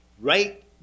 right